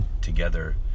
together